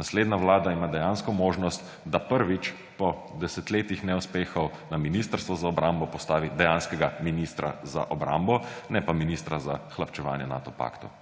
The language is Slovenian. Naslednja vlada ima dejansko možnost, da prvič po desetletjih neuspehov na Ministrstvu za obrambo postavi dejanskega ministra za obrambo, ne pa ministra za hlapčevanje Nato paktu.